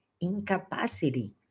incapacity